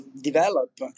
develop